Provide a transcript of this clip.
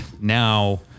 now